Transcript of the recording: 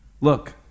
Look